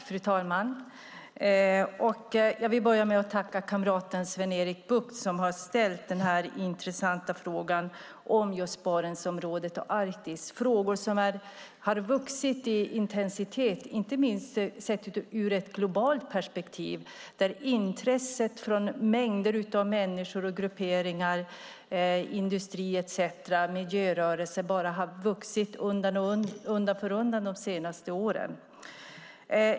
Fru talman! Jag vill börja med att tacka kamraten Sven-Erik Bucht som har ställt den här intressanta frågan om just Barentsområdet och Arktis. Det är frågor som har vuxit i intensitet, inte minst sett ur ett globalt perspektiv. Intresset från mängder av människor och grupperingar, industri, miljörörelse etcetera har vuxit undan för undan de senaste åren.